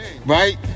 Right